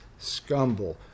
scumble